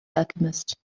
alchemist